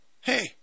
Hey